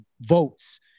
votes